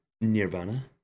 Nirvana